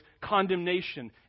condemnation